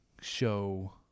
show